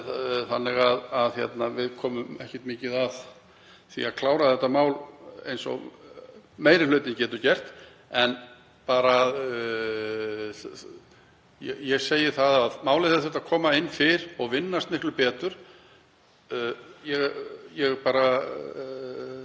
þannig að við komum ekkert mikið að því að klára þetta mál eins og meiri hlutinn getur gert. En ég segi að málið hefði þurft að koma inn fyrr og vinnast miklu betur. Ég skil